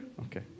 Okay